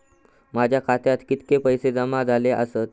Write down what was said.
माझ्या खात्यात किती पैसे जमा झाले आसत?